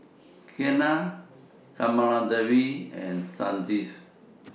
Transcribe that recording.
Ketna Kamaladevi and Sanjeev